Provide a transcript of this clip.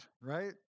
right